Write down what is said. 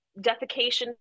defecation